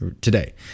today